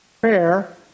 Prayer